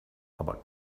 aber